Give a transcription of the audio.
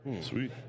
Sweet